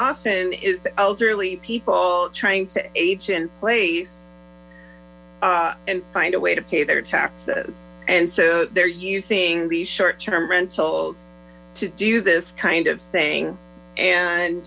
often is elderly people trying to age in place and find a way to pay their taxes and so they're using these short term rentals to do this kind of thing and